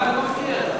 למה אתה מפריע לה?